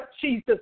Jesus